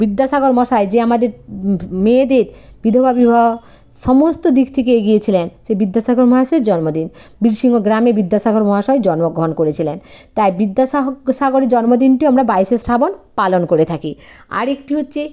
বিদ্যাসাগর মশাই যে আমাদের মেয়েদের বিধবা বিবাহ সমস্ত দিক থেকে এগিয়ে ছিলেন সেই বিদ্যাসাগর মহাশয় জন্মদিন বীরসিংহ গ্রামে বিদ্যাসাগর মহাশয় জন্মগ্রহণ করেছিলেন তাই বিদ্যাসা সাগরের জন্ম দিনটি আমার বাইশে শ্রাবণ পালন করে থাকি আর একটি হচ্ছে